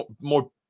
more